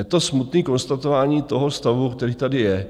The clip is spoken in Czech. Je to smutný konstatování toho stavu, který tady je.